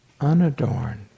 unadorned